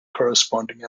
corresponding